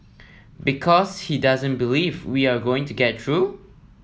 because he doesn't believe we are going to get through